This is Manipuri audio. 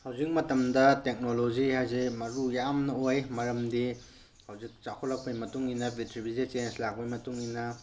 ꯍꯧꯖꯤꯛ ꯃꯇꯝꯗ ꯇꯦꯛꯅꯣꯂꯣꯖꯤ ꯍꯥꯏꯁꯦ ꯃꯔꯨ ꯌꯥꯝꯅ ꯑꯣꯏ ꯃꯔꯝꯗꯤ ꯍꯧꯖꯤꯛ ꯆꯥꯎꯈꯠꯂꯛꯄꯒꯤ ꯃꯇꯨꯡ ꯏꯟꯅ ꯄ꯭ꯔꯤꯊꯤꯕꯤꯁꯦ ꯆꯦꯟꯁ ꯂꯥꯛꯄꯒꯤ ꯃꯇꯨꯡ ꯏꯟꯅ